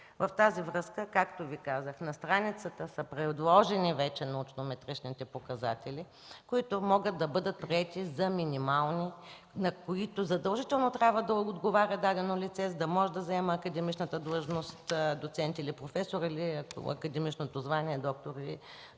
с това, както Ви казах, на страницата вече са предложени научно метричните показатели, които могат да бъдат приети за минимални, на които задължително трябва да отговаря дадено лице, за да може да заема академичната длъжност – доцент, професор или академичното звание „доктор”,